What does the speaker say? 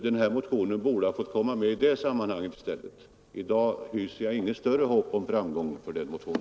Den här motionen borde ha fått komma med i det sammanhanget i stället. I dag hyser jag inget större hopp om framgång för denna motion.